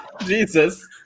Jesus